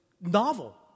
novel